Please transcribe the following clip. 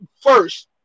first